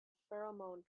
pheromone